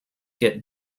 get